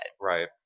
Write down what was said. Right